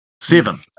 Seven